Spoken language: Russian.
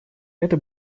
это